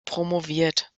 promoviert